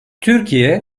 türkiye